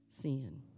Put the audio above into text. sin